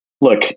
look